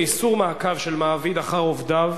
איסור מעקב של מעביד אחר עובדיו),